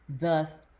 thus